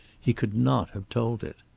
he could not have told it.